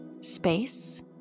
space